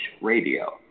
Radio